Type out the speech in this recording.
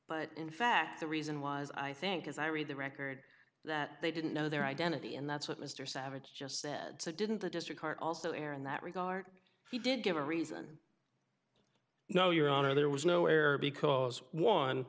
but in fact the reason was i think as i read the record that they didn't know their identity and that's what mr savage just said so didn't the district are also there in that regard he did give a reason you know your honor there was no error because one